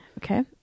Okay